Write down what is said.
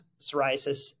psoriasis